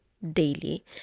Daily